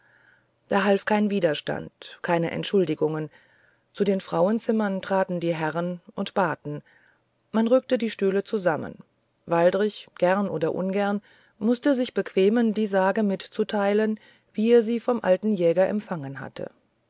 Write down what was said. da half kein widerstand kein entschuldigen zu den frauenzimmern traten die herren und baten man rückte die stühle zusammen waldrich gern oder ungern mußte sich bequemen die sage mitzuteilen wie er sie vom alten jäger empfangen hatte